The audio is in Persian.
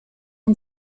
اون